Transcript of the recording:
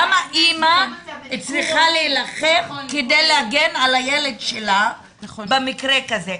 למה אימא צריכה להילחם כדי להגן על הילד שלה במקרה כזה?